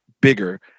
bigger